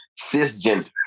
cisgender